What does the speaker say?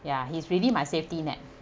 ya he's really my safety net